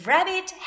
Rabbit